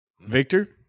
Victor